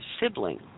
sibling